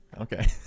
okay